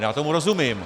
Já tomu rozumím.